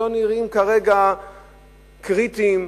שלא נראים כרגע קריטיים,